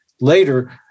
later